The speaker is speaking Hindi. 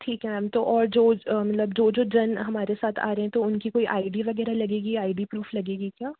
ठीक है मैम तो और जो मलब जो जो जन हमारे साथ आ रहें तो उनकी कोई आई डी वग़ैरह लगेगी आई डी प्रूफ़ लगेगी क्या